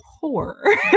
poor